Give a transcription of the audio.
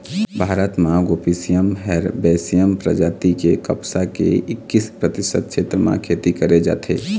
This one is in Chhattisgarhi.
भारत म गोसिपीयम हरबैसियम परजाति के कपसा के एक्कीस परतिसत छेत्र म खेती करे जाथे